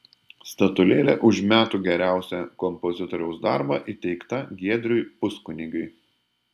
statulėlė už metų geriausią kompozitoriaus darbą įteikta giedriui puskunigiui